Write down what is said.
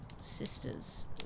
sister's